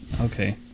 Okay